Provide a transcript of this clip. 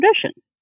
tradition